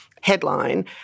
headline